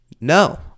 No